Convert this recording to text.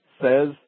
says